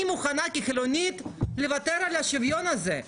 אני מוכנה כחילונית לוותר על השוויון הזה,